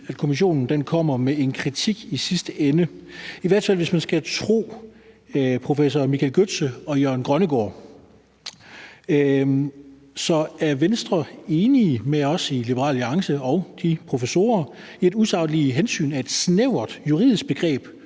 at kommissionen kommer med en kritik i sidste ende, i hvert fald hvis man skal tro professorer Michael Gøtze og Jørgen Grønnegård Christensen. Så er Venstre enige med os i Liberal Alliance og de professorer i, at usaglige hensyn er et snævert juridisk begreb,